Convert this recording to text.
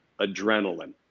adrenaline